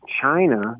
China